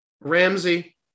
Ramsey